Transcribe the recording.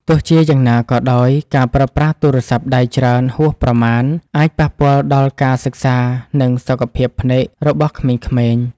ទោះជាយ៉ាងណាក៏ដោយការប្រើប្រាស់ទូរស័ព្ទដៃច្រើនហួសប្រមាណអាចប៉ះពាល់ដល់ការសិក្សានិងសុខភាពភ្នែករបស់ក្មេងៗ។